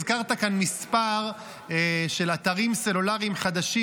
הזכרת כאן כמה אתרים סלולריים חדשים.